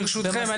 ברשותכם,